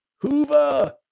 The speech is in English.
Hoover